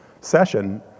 session